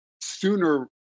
sooner